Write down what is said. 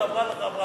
מי בעד ההצעה?